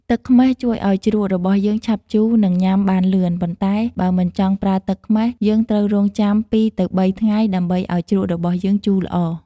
ទឹកខ្មេះជួយឱ្យជ្រក់របស់យើងឆាប់ជូរ និងញុំាបានលឿន ប៉ុន្តែ បើមិនចង់ប្រើទឹកខ្មេះ យើងត្រូវរង់ចាំ ២ទៅ៣ ថ្ងៃដើម្បីឱ្យជ្រក់របស់យើងជូរល្អ។